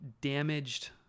damaged